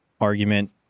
argument